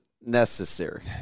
necessary